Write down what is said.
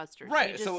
Right